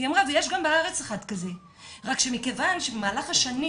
היא אמרה שיש גם בארץ אחד כזה רק שבמהלך השנים,